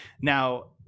now